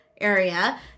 area